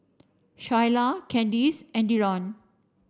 Shyla Kandice and Dillon